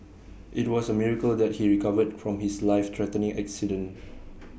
IT was A miracle that he recovered from his life threatening accident